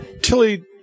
Tilly